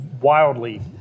wildly